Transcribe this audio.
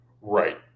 Right